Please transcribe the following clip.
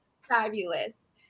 Fabulous